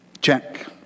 Check